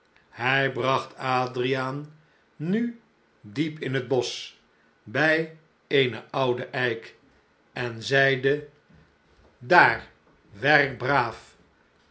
hij bragt adriaan nu diep in het bosch bij eenen ouden eik en zeide daar werk braaf